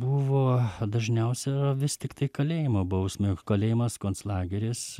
buvo dažniausia vis tiktai kalėjimo bausmę kalėjimas konclageris